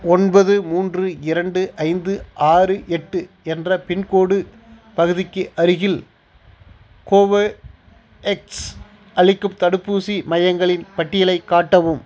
ஒன்பது மூன்று இரண்டு ஐந்து ஆறு எட்டு என்ற பின்கோடு பகுதிக்கு அருகில் கோவேஎக்ஸ் அளிக்கும் தடுப்பூசி மையங்களின் பட்டியலை காட்டவும்